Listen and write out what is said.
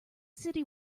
city